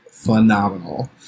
phenomenal